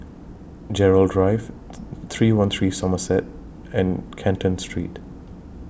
Gerald Drive three one three Somerset and Canton Street